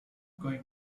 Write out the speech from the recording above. going